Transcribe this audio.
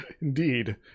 indeed